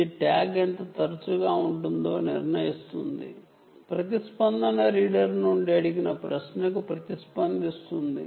ఇది ట్యాగ్ ఎంత తరచుగా రీడర్ అడిగిన ప్రశ్నకు ప్రతిస్పందిస్తుందో నిర్ణయిస్తుంది